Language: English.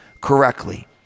correctly